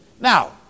Now